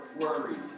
worried